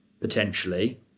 potentially